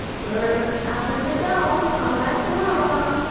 we're out of the dome, come back to mama.